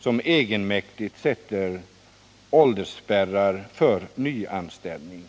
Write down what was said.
som egenmäktigt sätter åldersspärrar för nyanställning.